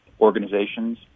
organizations